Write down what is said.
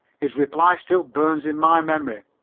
his reply still burns in my memory.